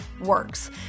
works